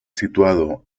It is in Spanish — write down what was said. situado